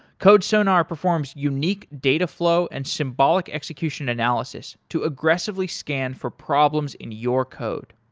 codesonar performs unique data flow and symbolic execution analysis to aggressively scan for problems in your code.